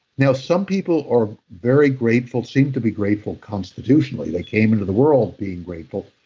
now, some people are very grateful, seem to be grateful constitutionally. they came into the world being grateful.